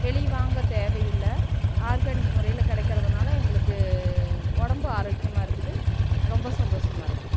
வெளியே வாங்க தேவையில்லை ஆர்கானிக் முறையில் கிடைக்கிறததுனால எங்களுக்கு உடம்பு ஆரோக்கியமாக இருக்குது ரொம்ப சந்தோஷமா இருக்கோம்